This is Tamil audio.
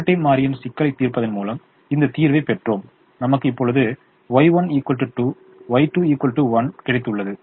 இரட்டை மாறியின் சிக்கலைத் தீர்ப்பதன் மூலம் இந்த தீர்வைப் பெற்றோம் நமக்கு இப்பொழுது Y1 2 Y2 1 கிடைத்துள்ளது